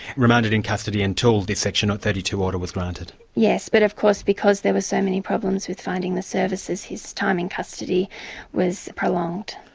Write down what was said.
remanded in custody until this section thirty two order was granted? yes, but of course because there were so many problems with finding the services his time in custody was prolonged.